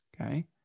Okay